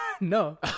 no